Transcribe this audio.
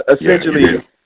Essentially